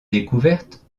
découverte